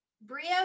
Brio